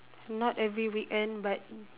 not every weekend but